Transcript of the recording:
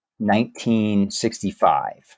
1965